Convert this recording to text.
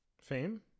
Fame